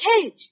cage